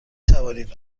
توانید